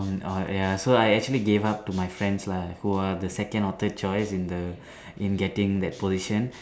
on orh ya so I actually gave up to my friends lah who are the second or third choice in the in getting that position